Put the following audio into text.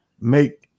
make